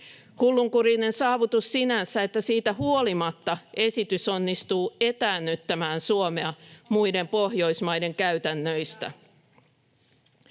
Hullunkurinen saavutus sinänsä, että siitä huolimatta esitys onnistuu etäännyttämään Suomea muiden Pohjoismaiden käytännöistä.